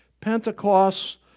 Pentecost